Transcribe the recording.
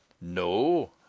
No